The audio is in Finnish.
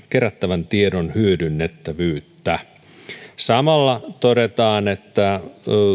kerättävän tiedon hyödynnettävyyttä samalla todetaan että